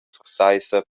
sursaissa